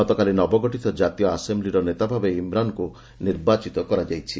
ଗତକାଲି ନବଗଠିତ କ୍ଷାତୀୟ ଆସେମ୍ବିର ନେତା ଭବେ ଇମ୍ରାନ୍ଙ୍କୁ ନିର୍ବାଚିତ କରାଯାଇଛି